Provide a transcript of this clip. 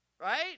Right